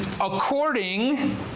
according